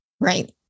right